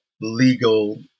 legal